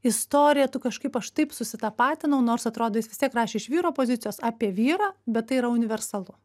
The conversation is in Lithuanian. istoriją tu kažkaip aš taip susitapatinau nors atrodo jis vis tiek rašė iš vyro pozicijos apie vyrą bet tai yra universalu